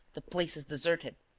the place is deserted.